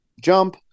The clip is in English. jump